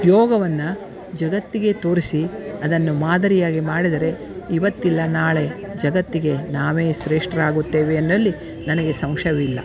ಯೋಗವನ್ನು ಜಗತ್ತಿಗೆ ತೋರಿಸಿ ಅದನ್ನು ಮಾದರಿಯಾಗಿ ಮಾಡಿದರೆ ಇವತ್ತಿಲ್ಲ ನಾಳೆ ಜಗತ್ತಿಗೆ ನಾವೇ ಶ್ರೇಷ್ಠರಾಗುತ್ತೇವೆ ಎನ್ನಲ್ಲಿ ನನಗೆ ಸಂಶಯವಿಲ್ಲ